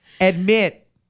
admit